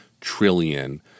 trillion